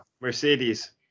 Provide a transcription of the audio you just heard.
Mercedes